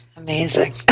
Amazing